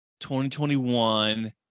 2021